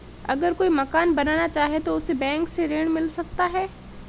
अगर कोई मकान बनाना चाहे तो उसे बैंक से ऋण मिल सकता है?